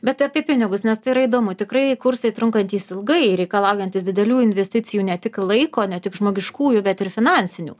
bet apie pinigus nes tai yra įdomu tikrai kursai trunkantys ilgai reikalaujantys didelių investicijų ne tik laiko ne tik žmogiškųjų bet ir finansinių